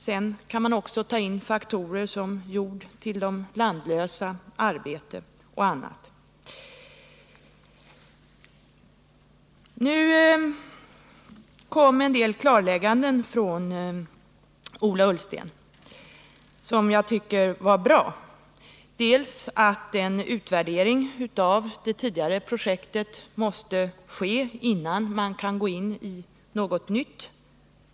Sedan kan man också inbegripa jord till de landlösa, arbete och andra faktorer. Nu gjorde Ola Ullsten en del klarlägganden som jag tycker var bra. En utvärdering av det tidigare projektet måste ske innan man kan gå in i något nytt.